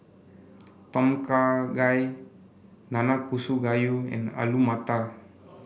Tom Kha Gai Nanakusa Gayu and Alu Matar